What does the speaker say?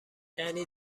یعنی